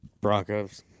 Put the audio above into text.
Broncos